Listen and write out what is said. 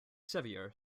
sevier